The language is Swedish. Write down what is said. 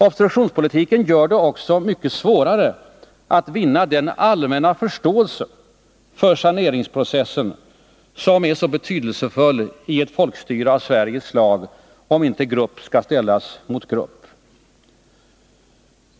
Obstruktionspolitiken gör det också mycket svårare att vinna den allmänna förståelse för saneringsprocessen som är så betydelsefull i ett folkstyre av Sveriges slag, om inte grupp inte skall ställas mot grupp.